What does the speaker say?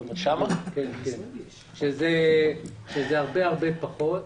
שזה הרבה פחות.